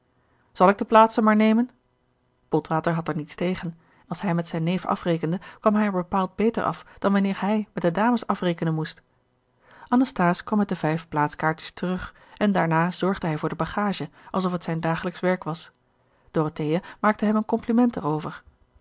zal ik de plaatsen maar nemen botwater had er niets tegen als hij met zijn neef afrekende kwam hij er bepaald beter af dan wanneer hij met de dames afrekenen moest anasthase kwam met de vijf plaatskaartjes terug en daarna zorgde hij voor de bagage alsof het zijn dagelijksch werk was dorothea maakte hem een compliment er over